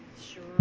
Sure